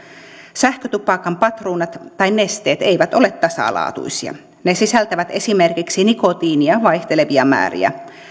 sähkötupakan patruunat tai nesteet eivät ole tasalaatuisia ne sisältävät esimerkiksi nikotiinia vaihtelevia määriä